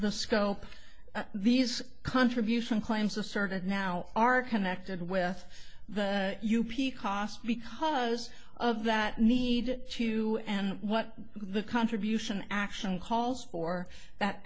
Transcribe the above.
the scope of these contribution claims asserted now are connected with the u p a cost because of that need to and what the contribution action calls for that